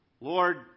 Lord